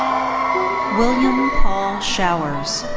william paul showers.